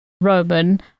Roman